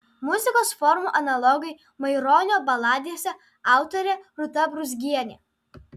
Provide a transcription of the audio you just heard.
muzikos formų analogai maironio baladėse autorė rūta brūzgienė